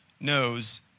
knows